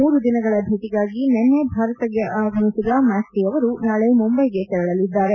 ಮೂರು ದಿನಗಳ ಭೇಟಗಾಗಿ ನಿನ್ನೆ ಭಾರತಕ್ಕೆ ಆಗಮಿಸಿದ ಮ್ಯಾಕ್ರಿ ಅವರು ನಾಳೆ ಮುಂಬೈಗೆ ತೆರಳಲಿದ್ದಾರೆ